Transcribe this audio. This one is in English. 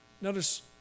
Notice